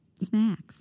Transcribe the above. Snacks